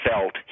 felt